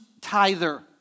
tither